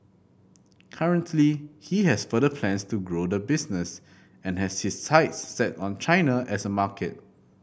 currently he has further plans to grow the business and has his sights set on China as a market